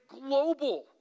global